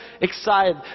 excited